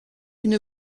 une